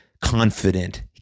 confident